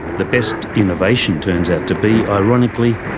the best innovation turns out to be, ironically,